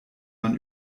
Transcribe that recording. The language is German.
man